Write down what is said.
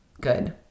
Good